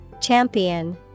Champion